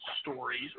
Stories